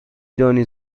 دانی